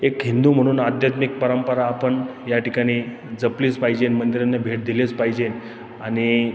एक हिंदू म्हणून आध्यात्मिक परंपरा आपण या ठिकाणी जपलीच पाहिजेन मंदिरांना भेट दिलेच पाहिजेन आणि